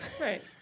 Right